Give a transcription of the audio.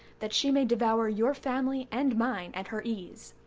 that she may devour your family and mine at her ease.